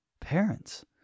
parents